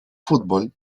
fútbol